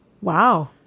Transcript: wow